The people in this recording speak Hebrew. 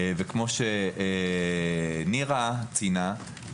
וכמו שנירה ציינה,